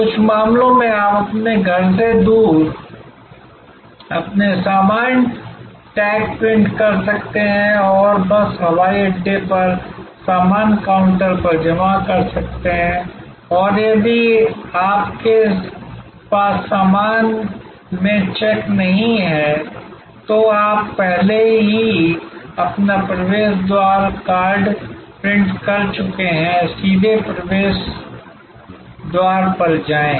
कुछ मामलों में आप अपने घर से दूर अपने सामान टैग प्रिंट कर सकते हैं और बस हवाई अड्डे पर सामान काउंटर पर जमा कर सकते हैं और यदि आपके पास सामान में चेक नहीं है तो आप पहले ही अपना प्रवेश द्वार कार्ड प्रिंट कर चुके हैं सीधे प्रवेश द्वार पर जाएं